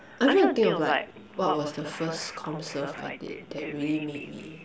I'm trying to think of like what was the first comm serve I did that really made me